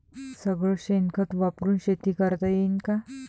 सगळं शेन खत वापरुन शेती करता येईन का?